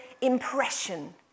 impression